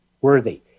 worthy